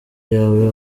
yawe